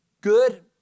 good